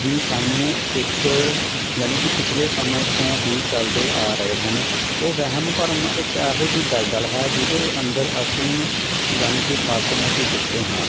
ਵੀ ਸਾਨੂੰ ਇੱਕ ਜਾਣੀ ਕਿ ਪਿਛਲੇ ਸਮੇਂ ਤੋਂ ਹੀ ਚੱਲਦੇ ਆ ਰਹੇ ਹਨ ਉਹ ਵਹਿਮ ਭਰਮ ਇੱਕ ਇਹੋ ਜਿਹੀ ਦਲਦਲ ਹੈ ਜਿਹਦੇ ਅੰਦਰ ਅਸੀਂ ਜਾਣੀ ਕਿ ਫਸ ਮਕੀ ਚੁੱਕੇ ਹਾਂ